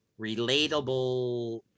relatable